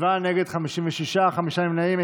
בעד, 47, נגד, 56, חמישה נמנעים.